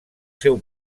seu